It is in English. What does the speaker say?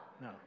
No